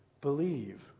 believe